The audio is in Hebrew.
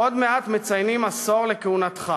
עוד מעט מציינים עשור לכהונתך.